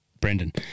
Brendan